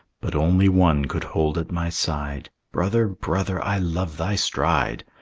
but only one could hold at my side brother, brother, i love thy stride.